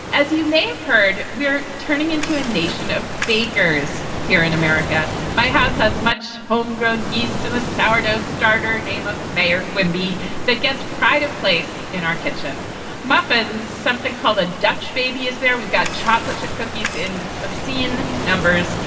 as you may have heard, we're turning into a nation of bakers here in america. my house has much homegrown yeast in a sour dough starter name of mayor quimby that gets pride of place in our kitchen muffins. something called a dutch baby is there. we've got chocolate chip cookies in obscene numbers,